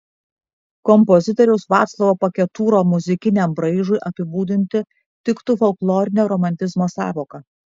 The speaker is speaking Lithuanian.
kompozitoriaus vaclovo paketūro muzikiniam braižui apibūdinti tiktų folklorinio romantizmo sąvoka